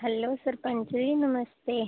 hello sarpanch ji नमस्ते